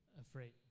afraid